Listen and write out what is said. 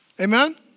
Amen